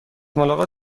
ملاقات